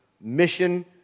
mission